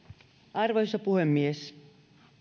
arvoisa puhemies